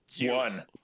One